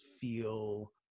feel